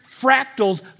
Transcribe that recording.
fractals